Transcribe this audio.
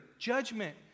judgment